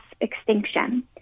extinction